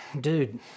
dude